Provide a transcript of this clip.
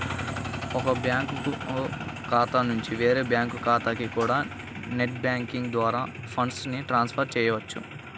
ఒక బ్యాంకు ఖాతా నుంచి వేరే బ్యాంకు ఖాతాకి కూడా నెట్ బ్యాంకింగ్ ద్వారా ఫండ్స్ ని ట్రాన్స్ ఫర్ చెయ్యొచ్చు